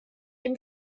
dem